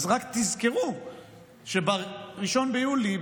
רק תזכרו שב-1 ביולי,